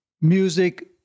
music